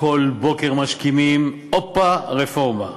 כל בוקר משכימים, הופה, רפורמה.